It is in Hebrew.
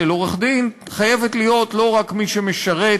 עורך-דין חייבת להיות לא רק מי שמשרת